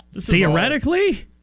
Theoretically